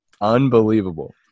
Unbelievable